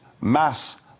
mass